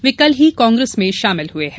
वे कल ही कांग्रेस में शामिल हुए हैं